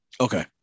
Okay